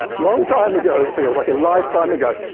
long time ago, it feels like. a lifetime ago.